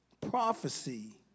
Prophecy